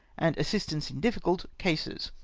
and assistance in difficult cases,